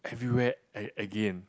everywhere again